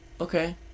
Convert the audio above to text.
Okay